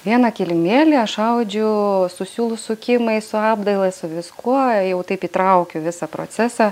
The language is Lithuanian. vieną kilimėlį aš audžiu su siūlų sukimais su apdaila su viskuo jau taip įtraukiu visą procesą